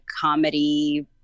comedy